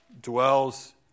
dwells